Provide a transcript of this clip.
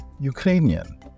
Ukrainian